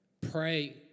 Pray